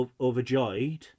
Overjoyed